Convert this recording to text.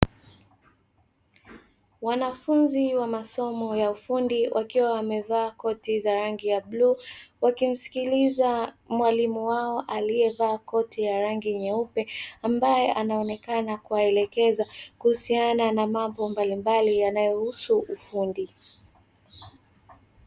Wanafunzi wa masomo ya ufundi wakiwa wamevaa koti za rangi ya bluu, wakimsikiliza mwalimu wao aliyevaa koti la rangi nyeupe ambaye anaonekana kuwaelekeza kuhusiana na mambo mbalimbali yanayohusu ufundi.